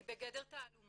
היא בגדר תעלומה,